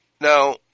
Now